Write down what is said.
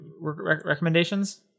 recommendations